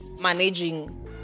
managing